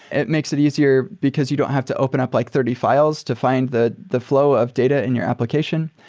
it makes it easier because you don't have to open up like thirty files to find the the flow of data in your application.